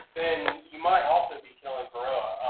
then you might also be killing varroa,